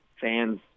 fans